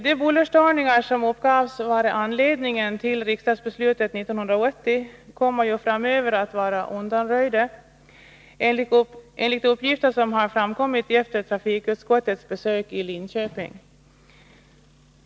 De bullerstörningar som uppgavs vara anledningen till riksdagsbeslutet 1980 kommer framöver att vara undanröjda, enligt uppgifter som har framkommit efter trafikutskottets besök i Linköping.